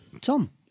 Tom